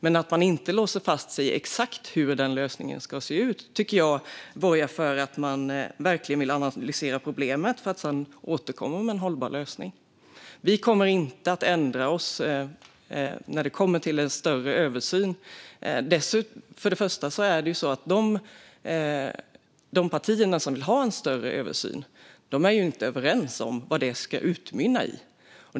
Men att man inte låser fast sig i exakt hur lösningen ska se ut tycker jag borgar för att man verkligen vill analysera problemet för att sedan återkomma med en hållbar lösning. Vi kommer inte att ändra oss när det gäller en större översyn. De partier som vill ha en större översyn är ju inte överens om vad den ska utmynna i.